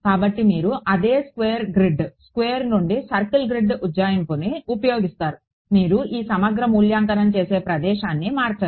కాబట్టి మీరు అదే స్క్వేర్ గ్రిడ్ స్క్వేర్ నుండి సర్కిల్ గ్రిడ్ ఉజ్జాయింపుని ఉపయోగిస్తారు మీరు ఈ సమగ్ర మూల్యాంకనం చేసే ప్రదేశాన్ని మార్చరు